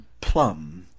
Plum